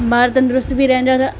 ॿार तंदुरुस्तु बि रहनि था